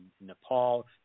Nepal